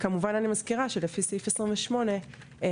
כמובן אני מזכירה שלפי סעיף 26 עדיין